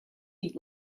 eat